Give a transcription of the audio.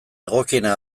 egokiena